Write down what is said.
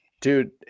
Dude